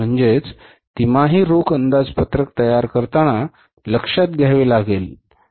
म्हणजेच तिमाही रोख अंदाजपत्रक तयार करताना लक्षात घ्यावे लागेल